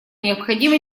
необходимо